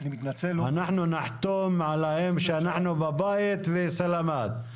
אנחנו נחתום להם כשאנחנו בבית וסלמאת,